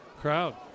crowd